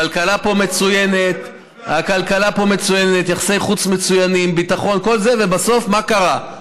הכלכלה פה מצוינת, זה ראש ממשלה מושחת.